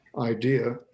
idea